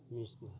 மிஷினால்